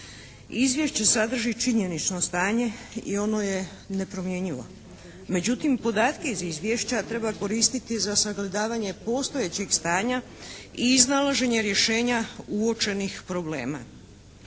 Izvješće sadrži činjenično stanje i ono je nepromjenjivo. Međutim, podatke iz izvješća treba koristiti za sagledavanje postojećih stanja i iznalaženja rješenja uočenih problema.